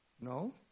No